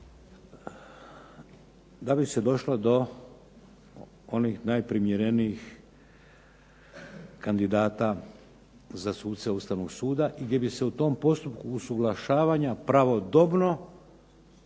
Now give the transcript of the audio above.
da bi se došlo do onih najprimjerenijih kandidata za suce Ustavnog suda i gdje bi se u tom postupku usuglašavanja pravodobno